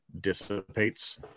dissipates